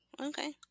okay